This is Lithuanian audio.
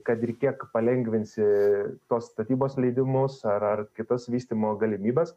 kad ir kiek palengvinsi tos statybos leidimus ar ar kitas vystymo galimybes